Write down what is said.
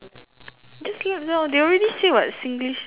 just let down they already say [what] Singlish but anyway